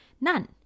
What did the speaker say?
None